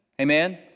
Amen